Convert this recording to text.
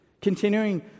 continuing